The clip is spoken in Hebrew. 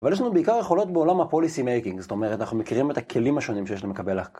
אבל יש לנו בעיקר יכולות בעולם הפוליסי מייקינג, זאת אומרת, אנחנו מכירים את הכלים השונים שיש למקבל ההח...